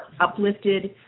uplifted